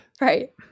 Right